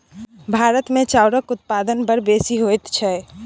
भारतमे चाउरक उत्पादन बड़ बेसी होइत छै